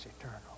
eternal